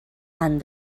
any